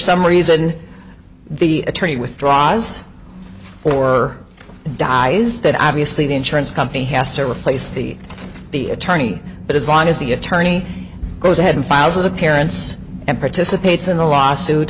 some reason the attorney withdraws or dies that obviously the insurance company has to replace the the attorney but as long as the attorney goes ahead and files his appearance and participates in the lawsuit